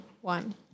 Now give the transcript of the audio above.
one